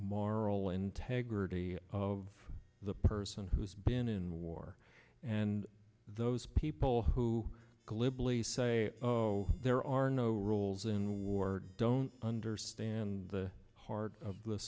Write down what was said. moral integrity of the person who's been in war and those people who glibly say no there are no rules in war don't understand the heart of the